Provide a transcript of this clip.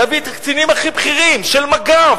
להביא את הקצינים הכי בכירים של מג"ב,